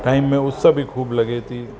time में उस बि ख़ूबु लॻे थी